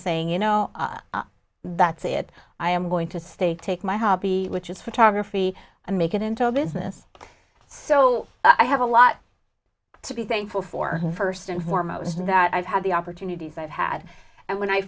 saying you know that's it i am going to stay take my hobby which is photography and make it into a business so i have a lot to be thankful for first and foremost and that i've had the opportunities i've had and when i